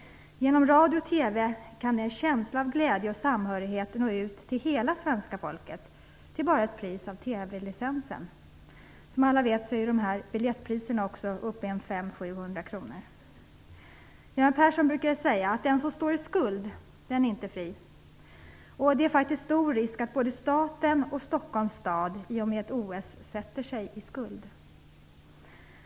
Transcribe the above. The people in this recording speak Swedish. Genom radio och TV kan känslan av glädje och samhörighet nå ut till hela svenska folket bara till priset av TV-licensen. Som alla vet är ju biljettpriserna uppe i 500-700 kr. Göran Persson brukar ju säga att den som står i skuld inte är fri. Det är faktiskt stor risk för att både staten och Stockholms stad sätter sig i skuld i och med ett OS.